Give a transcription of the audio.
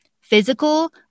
physical